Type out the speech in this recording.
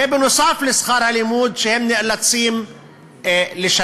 זה נוסף על שכר הלימוד שהם נאלצים לשלם.